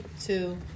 two